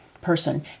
person